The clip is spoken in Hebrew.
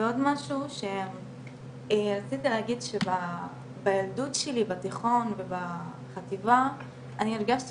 ועוד משהו רציתי להגיד בילדות שלי בתיכון ובחטיבה אני הרגשתי